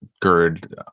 GERD